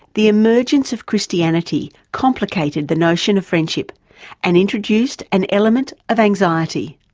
the emergence of christianity complicated the notion of friendship and introduced an element of anxiety.